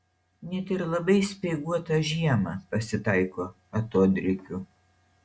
net ir labai speiguotą žiemą pasitaiko atodrėkių